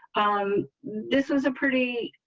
um this is a pretty